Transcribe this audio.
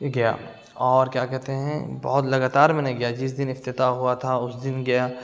گیا اور کیا کہتے ہیں بہت لگاتار میں نے گیا جس دن افتتاح ہوا تھا اس دن گیا